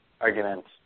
arguments